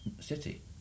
City